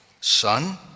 Son